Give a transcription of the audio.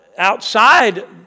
outside